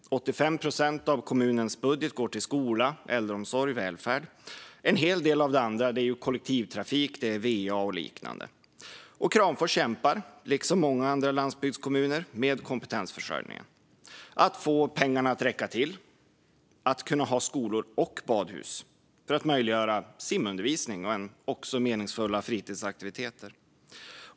85 procent av kommunens budget går till skola, äldreomsorg och välfärd. En hel del av det andra är kollektivtrafik, va och liknande. Kramfors kämpar, liksom många andra landsbygdskommuner, med kompetensförsörjningen och med att få pengarna att räcka till, så att man kan ha skolor och badhus för att möjliggöra simundervisning och meningsfulla fritidsaktiviteter.